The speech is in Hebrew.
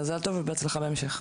מזל טוב ובהצלחה בהמשך.